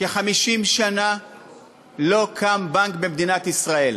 כ-50 שנה לא קם בנק במדינת ישראל.